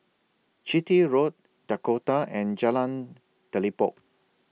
Chitty Road Dakota and Jalan Telipok